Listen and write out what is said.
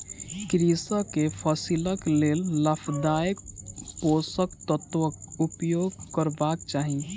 कृषक के फसिलक लेल लाभदायक पोषक तत्वक उपयोग करबाक चाही